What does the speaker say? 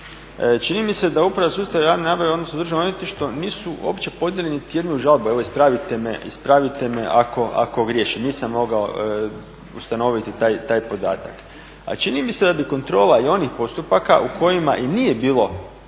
čini mi se da uprava sustava javne nabave odnosno Državno odvjetništvo nisu uopće podnijeli niti jednu žalbu, evo ispravite me ako griješim, nisam mogao ustanoviti taj podatak. A čini mi se da bi kontrola i onih postupaka u kojima i nije bilo